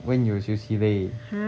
then when you 休息 day